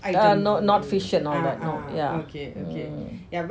not fish and all that mm